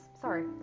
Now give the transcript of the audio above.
sorry